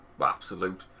Absolute